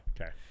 okay